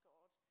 God